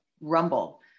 rumble